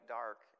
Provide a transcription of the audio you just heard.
dark